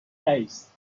رئیس